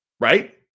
Right